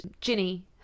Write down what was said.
Ginny